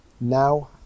now